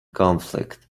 conflict